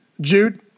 Jude